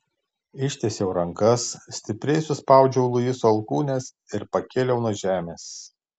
ištiesiau rankas stipriai suspaudžiau luiso alkūnes ir pakėliau nuo žemės